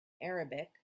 arabic